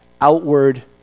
outward